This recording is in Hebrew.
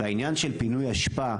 העניין של פינוי אשפה,